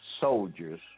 soldiers